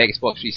Xbox